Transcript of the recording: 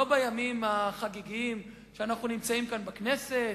לא בימים החגיגיים שאנחנו נמצאים כאן בכנסת